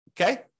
okay